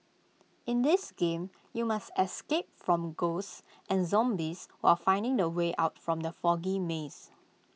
in this game you must escape from ghosts and zombies while finding the way out from the foggy maze